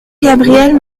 gabrielle